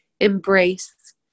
embrace